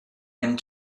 and